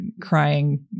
crying